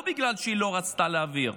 לא בגלל שהיא לא רצתה להעביר,